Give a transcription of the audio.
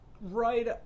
right